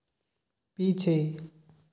पीछे